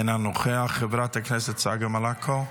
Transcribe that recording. אינו נוכח, חברת הכנסת צגה מלקו,